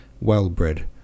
well-bred